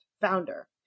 founder